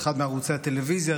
באחד מערוצי הטלוויזיה,